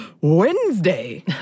Wednesday